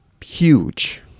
huge